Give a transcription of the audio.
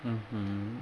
mmhmm